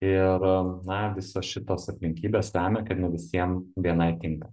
ir na visos šitos aplinkybės lemia kad ne visiem bni tinka